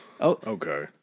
okay